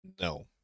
No